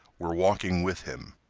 were walking with him.